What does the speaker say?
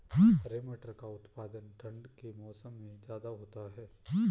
हरे मटर का उत्पादन ठंड के मौसम में ज्यादा होता है